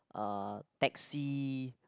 uh taxi